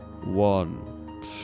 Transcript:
One